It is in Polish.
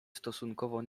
stosunkowo